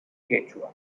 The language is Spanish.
quechua